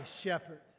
shepherd